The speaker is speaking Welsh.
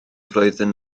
flwyddyn